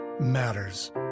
matters